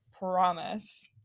promise